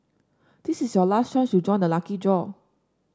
this is your last chance to join the lucky draw